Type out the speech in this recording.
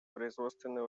производственные